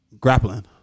Grappling